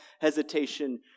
hesitation